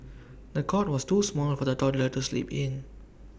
the cot was too small for the toddler to sleep in